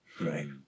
Right